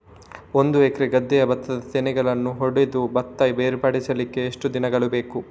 ಒಂದು ಎಕರೆ ಗದ್ದೆಯ ಭತ್ತದ ತೆನೆಗಳನ್ನು ಹೊಡೆದು ಭತ್ತ ಬೇರ್ಪಡಿಸಲಿಕ್ಕೆ ಎಷ್ಟು ದಿನಗಳು ಬೇಕು?